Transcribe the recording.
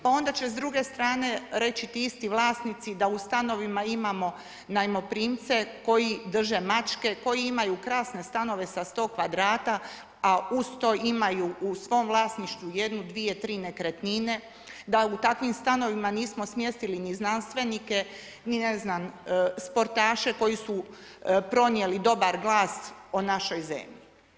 Pa onda će se druge strane reći ti isti vlasnici da u stanovima imamo najmoprimce koji drže mačke, koji imaju krasne stanove sa 100 kvadrata, a uz to imaju u svom vlasništvu 1, 2, 3 nekretnine, da u takvim stanovima nismo smjestili ni znanstvenike ni sportaše koji su pronijeli dobar glas o našoj zemlji.